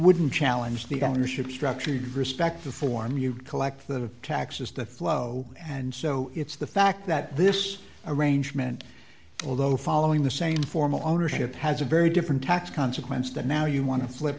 wouldn't challenge the ownership structure you respect the form you collect the taxes to flow and so it's the fact that this arrangement although following the same formal ownership has a very different tax consequences than now you want to flip